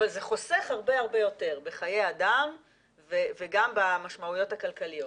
אבל זה חוסך הרבה יותר בחיי אדם וגם במשמעויות הכלכליות.